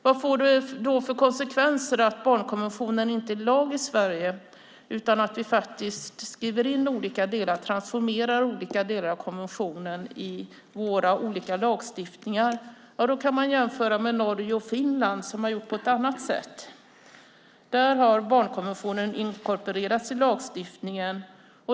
Vad får det då för konsekvenser att barnkonventionen inte är lag i Sverige utan att vi faktiskt skriver in och transformerar olika delar av konventionen i våra olika lagstiftningar? Man kan jämföra med Norge och Finland, som har gjort på ett annat sätt. Där har barnkonventionen inkorporerats i lagstiftningen.